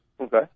Okay